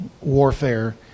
warfare